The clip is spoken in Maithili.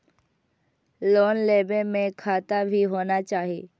लोन लेबे में खाता भी होना चाहि?